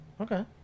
Okay